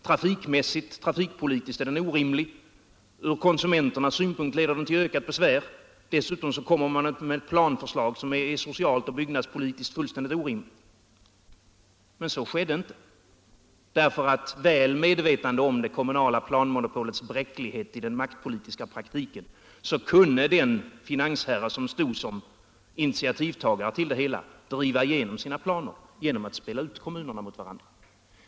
Trafikpolitiskt sett är den orimlig, och från konsumen ternas synpunkt leder den till ökat besvär. Dessutom kommer man med ett planförslag som socialt och byggnadspolitiskt är fullständigt orimligt. Men så skedde inte, därför att den finansherre som stod som initiativtagare till det hela, väl medveten om det kommunala planmonopolets bräcklighet i den maktpolitiska politiken, kunde driva igenom sina planer genom att spela ut kommunerna mot varandra.